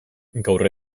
gaur